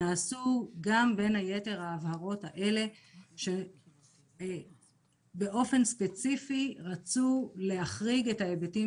נעשו גם בין היתר ההבהרות האלה שבאופן ספציפי רצו להחריג את ההיבטים